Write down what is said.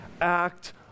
act